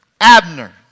Abner